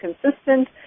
consistent